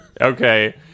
Okay